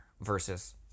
versus